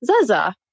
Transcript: Zaza